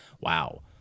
wow